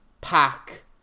pack